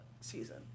season